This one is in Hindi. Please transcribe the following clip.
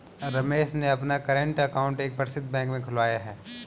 रमेश ने अपना कर्रेंट अकाउंट एक प्रसिद्ध बैंक में खुलवाया है